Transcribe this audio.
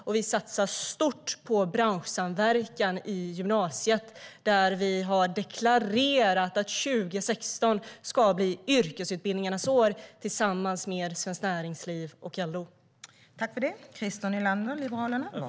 Och vi satsar stort på branschsamverkan i gymnasiet - vi har deklarerat att 2016 ska bli yrkesutbildningarnas år - tillsammans med Svenskt Näringsliv och LO.